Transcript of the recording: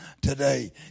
today